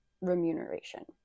remuneration